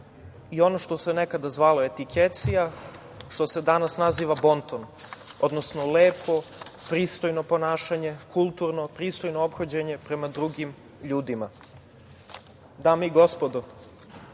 i ono što se nekada zvalo etikecija, što se danas naziva bonton, odnosno lepo, pristojno ponašanje, kulturno, pristojno ophođenje prema drugim ljudima. Dame i gospodo,